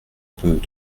peut